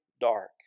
dark